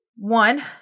One